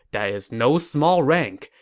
that is no small rank.